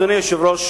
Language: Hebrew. אדוני היושב-ראש,